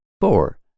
Four